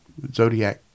Zodiac